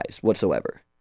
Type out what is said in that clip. whatsoever